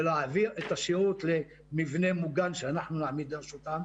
ולהעביר את השירות למבנה ממוגן שאנחנו נעמיד לרשותם.